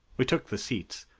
we took the seats.